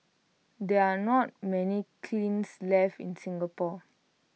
there are not many kilns left in Singapore